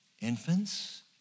infants